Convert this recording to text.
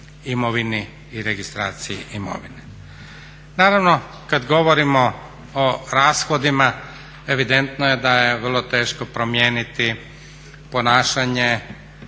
imovini i registraciji imovine.